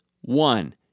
One